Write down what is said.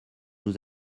nous